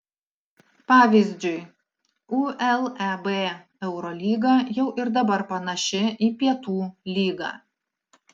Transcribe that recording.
pavyzdžiui uleb eurolyga jau ir dabar panaši į pietų lygą